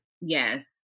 Yes